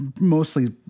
mostly